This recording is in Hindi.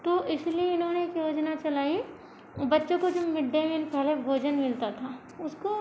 तो इसलिए इन्होंने एक योजना चलाई बच्चों को जब पहले मिड डे मील भोजन मिलता था उसको